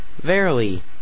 Verily